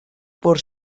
por